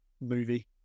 movie